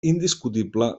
indiscutible